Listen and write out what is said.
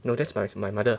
no that's my my mother